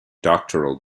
doctoral